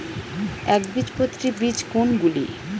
একবীজপত্রী বীজ কোন গুলি?